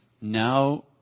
now